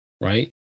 right